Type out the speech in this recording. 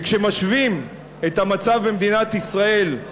כי כשמשווים את המצב במדינת ישראל,